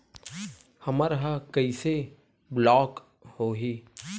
हमर ह कइसे ब्लॉक होही?